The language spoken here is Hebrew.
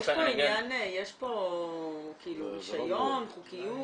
יש פה רישיון, חוקיות?